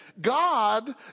God